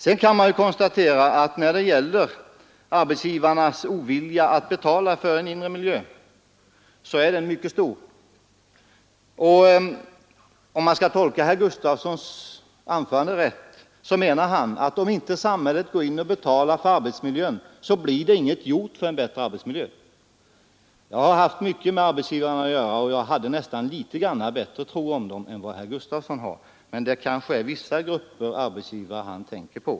Sedan kan man konstatera att arbetsgivarnas ovilja att betala för en inre miljö är mycket stor. Om man skall tolka herr Gustavssons anförande rätt menar han att om inte samhället går in och betalar för arbetsmiljön blir det inget gjort åt den. Jag har haft mycket med arbetsgivarna att göra och jag hade nästan litet bättre tro om dem än vad herr Gustavsson har, men det kanske är vissa grupper arbetsgivare han tänker på.